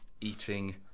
eating